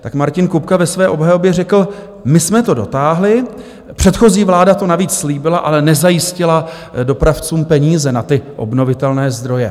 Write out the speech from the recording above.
Tak Martin Kupka ve své obhajobě řekl: my jsme to dotáhli, předchozí vláda to navíc slíbila, ale nezajistila dopravcům peníze na ty obnovitelné zdroje.